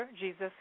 Jesus